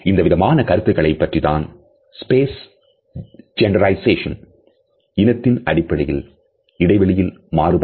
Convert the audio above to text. இந்தவிதமான கருத்துக்களை பற்றியதுதான் ஸ்பேஸ் ஜெண்டரைசேஷன் இனத்தின் அடிப்படையில் இடைவெளியில் மாறுபாடு